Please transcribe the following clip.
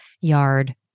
yard